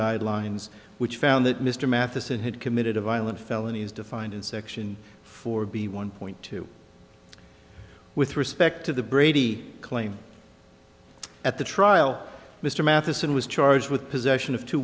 guidelines which found that mr matheson had committed a violent felony is defined in section four b one point two with respect to the brady claim at the trial mr matheson was charged with possession of two